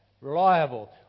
reliable